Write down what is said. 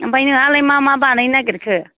ओमफ्राय नोंहालाय मा मा बानायनो नागिरखो